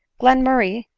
glenmurray,